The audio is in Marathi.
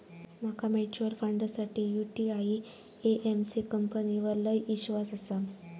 माका म्यूचुअल फंडासाठी यूटीआई एएमसी कंपनीवर लय ईश्वास आसा